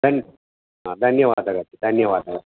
दन् हा धन्यवादः धन्यवादः